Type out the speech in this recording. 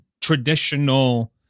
traditional